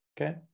Okay